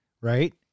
Right